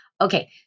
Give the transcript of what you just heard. Okay